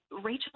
Rachel